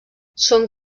són